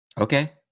Okay